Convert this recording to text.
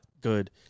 good